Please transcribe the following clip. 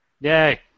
Yay